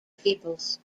peoples